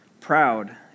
proud